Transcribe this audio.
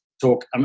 talk